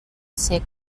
ser